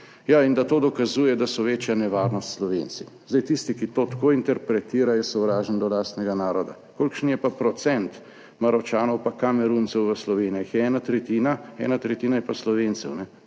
in da to dokazuje, da so večja nevarnost Slovenci. Zdaj, tisti, ki to tako interpretira, je sovražen do lastnega naroda. Kolikšen je pa procent Maročanov pa Kameruncev? V Sloveniji jih je ena tretjina, ena tretjina je pa Slovencev,